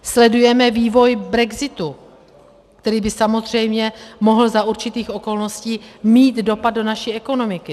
Sledujeme vývoj brexitu, který by samozřejmě mohl za určitých okolností mít dopad do naší ekonomiky.